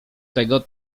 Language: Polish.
tego